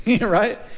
right